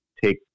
take